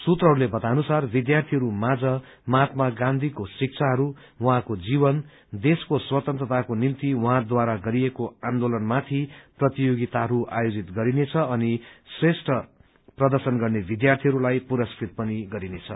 सूत्रहरूले बताए अनुसार विद्यार्थीहरू माझ महात्मा गाँधीको शिक्षाहरू उहाँको जीवन देशको स्वतन्त्रताको निम्ति उहाँढारा गरिएको आन्दोलनमाथि प्रतियोगिताहरू आयोजित गरिनेछ अनि श्रेष्ठ प्रदर्शन गर्ने विद्यार्थीहरूलाई पुरस्कृत पनि गरिनेछ